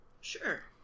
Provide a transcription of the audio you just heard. Sure